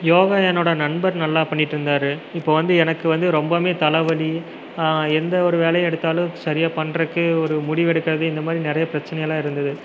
யோகா என்னோடய நண்பர் நல்லா பண்ணிட்டு இருந்தார் இப்போ வந்து எனக்கு வந்து ரொம்பவுமே தலை வலி எந்த ஒரு வேலையை எடுத்தாலும் சரியாக பண்றதுக்கு ஒரு முடிவு எடுக்கிறது இந்த மாதிரி நிறையா பிரச்சினையெல்லாம் இருந்தது